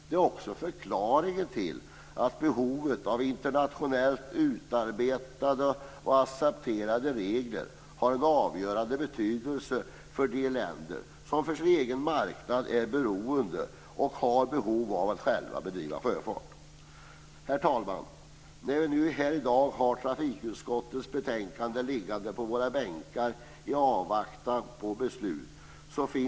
Det är också förklaringen till att internationellt utarbetade och accepterade regler har en avgörande betydelse för de länder som, för sin egen marknad, är beroende av att själva bedriva sjöfart. Herr talman! Nu har vi här i dag trafikutskottets betänkande liggande på våra bänkar i avvaktan på beslut.